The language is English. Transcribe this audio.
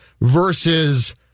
versus